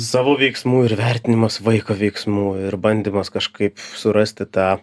savo veiksmų ir vertinimas vaiko veiksmų ir bandymas kažkaip surasti tą